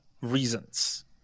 reasons